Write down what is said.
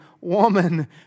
woman